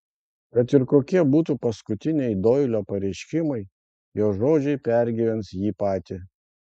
kad ir kokie būtų paskutiniai doilio pareiškimai jo žodžiai pergyvens jį patį